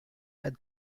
had